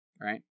Right